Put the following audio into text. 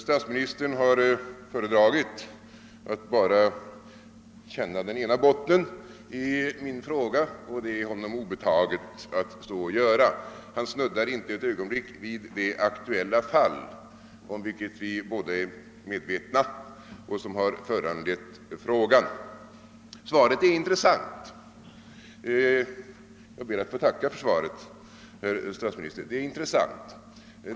Statsministern har föredragit att bara känna den ena botten i min fråga, och det är honom obetaget att så göra. Han snuddar inte ett ögonblick vid det aktuella fall, om vilket vi båda är medvetna och som har föranlett frågan. Jag ber att få tacka för svaret som är intressant.